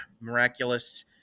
miraculous